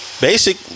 Basic